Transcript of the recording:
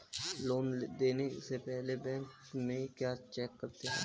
Loan देने से पहले बैंक में क्या चेक करते हैं?